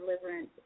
deliverance